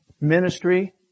ministry